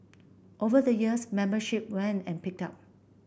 over the years membership waned and picked up